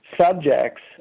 subjects